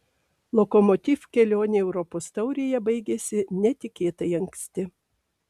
lokomotiv kelionė europos taurėje baigėsi netikėtai anksti